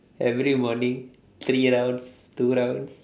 every morning three rounds two rounds